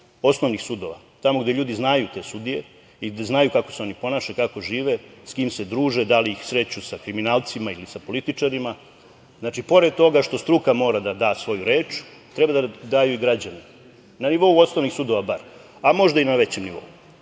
osnovnih sudova, tamo gde ljudi znaju te sudije i gde znaju kako se oni ponašaju, kako žive, sa kim se druže, da li ih sreću sa kriminalcima ili sa političarima. Znači, pored toga što struka mora da da svoju reč, treba da daju i građani, bar na nivou osnovnih sudova, a možda i na većem nivou.